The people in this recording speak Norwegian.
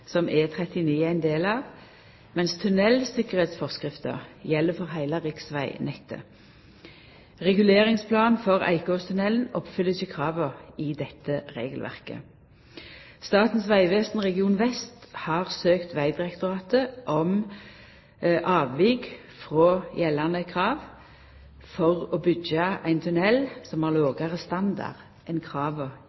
som E39 er ein del av, medan tunneltryggleiksforskrifta gjeld for heile riksvegnettet. Reguleringsplanen for Eikåstunnelen oppfyller ikkje krava i dette regelverket. Statens vegvesen Region vest har søkt Vegdirektoratet om fråvik frå gjeldande krav for å byggja ein tunnel som har